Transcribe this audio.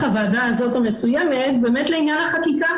הוועדה המסוימת הזאת לעניין החקיקה,